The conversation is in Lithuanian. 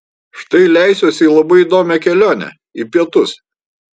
štai leisiuosi į labai įdomią kelionę į pietus